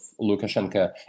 Lukashenko